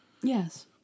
Yes